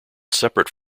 separate